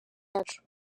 yacu